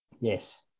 Yes